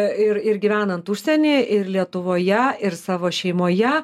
ir ir gyvenant užsienyje ir lietuvoje ir savo šeimoje